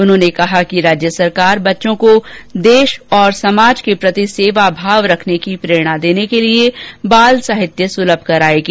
उन्होंने कहा कि राज्य सरकार बच्चों को देश और समाज के प्रति सेवाभाव रखने की प्रेरणा देने के लिए बाल साहित्य सुलभ कराएगी